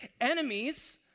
enemies